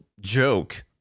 joke